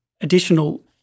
additional